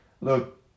Look